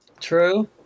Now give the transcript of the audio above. True